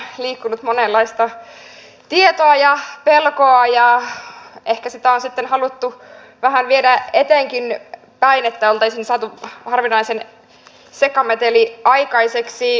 tietenkin paljon on liikkunut monenlaista tietoa ja pelkoa ja ehkä sitä on sitten haluttu vähän viedä eteenkinpäin että oltaisiin saatu harvinaisen iso sekameteli aikaiseksi